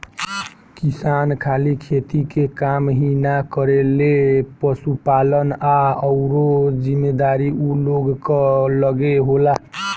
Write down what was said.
किसान खाली खेती के काम ही ना करेलें, पशुपालन आ अउरो जिम्मेदारी ऊ लोग कअ लगे होला